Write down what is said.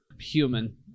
human